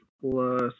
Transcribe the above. plus